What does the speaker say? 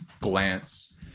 glance